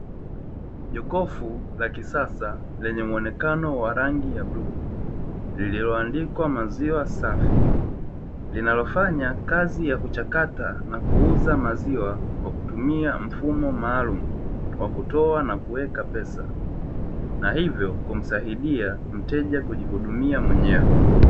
Jokofu la kisasa lenye muonekano wa rangi ya bluu, lililoandikwa "Maziwa Safi", linalofanya kazi ya kuchakata na kuuza maziwa kwa kutumia mfumo maalumu; wa kutoa na kuweka pesa na hivyo kumsaidia mteja kujihudumia mwenyewe.